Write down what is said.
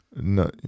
no